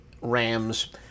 Rams